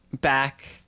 back